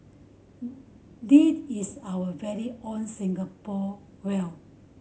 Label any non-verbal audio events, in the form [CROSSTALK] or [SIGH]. [NOISE] this is our very own Singapore whale